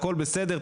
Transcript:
הכל בסדר,